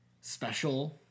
special